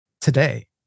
today